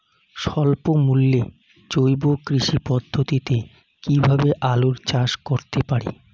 স্বল্প মূল্যে জৈব কৃষি পদ্ধতিতে কীভাবে আলুর চাষ করতে পারি?